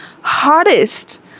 hardest